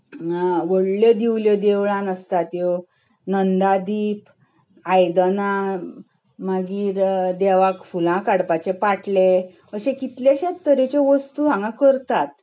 व्हडल्यो दिवल्यो देवळांत आसता त्यो नंदादीप आयदनां मागीर देवाक फुलां काडपाचे पाटले अशे कितलेशेच तरेच्यो वस्तू हांगा करतात